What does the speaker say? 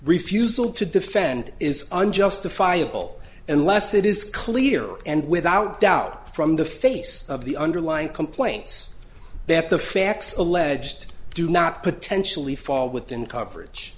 refusal to defend is unjustifiable unless it is clear and without doubt from the face of the underlying complaints that the facts alleged do not potentially fall within coverage